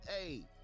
hey